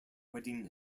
wedding